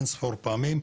אין ספור פעמים,